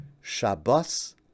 Shabbos